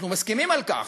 אנחנו מסכימים על כך,